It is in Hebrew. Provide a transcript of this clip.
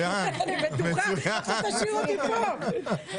סיוע לעסקים בשל ההשפעה הכלכלית של זן